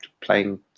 playing